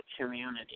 community